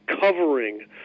covering